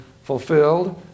fulfilled